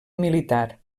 militar